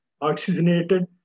oxygenated